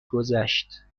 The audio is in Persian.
گذشت